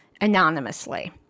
anonymously